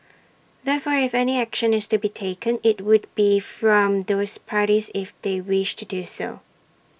therefore if any action is to be taken IT would be from those parties if they wish to do so